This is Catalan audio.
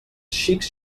xics